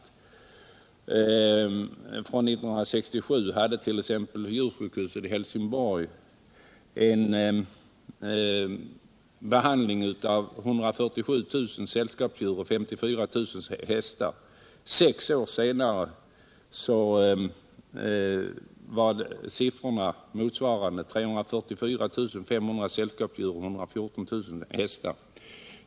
År 1967 behandlade exempelvis djursjukhuset i Helsingborg 147 000 sällskapsdjur och 54000 hästar, men sex år senare var motsvarande siffror 344 500 sällskapsdjur och 114 000 hästar.